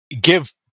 give